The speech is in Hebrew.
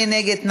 מי נגד?